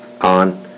on